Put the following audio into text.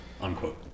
unquote